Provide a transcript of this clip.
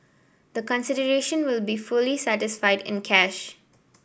the consideration will be fully satisfied in cash